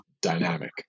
dynamic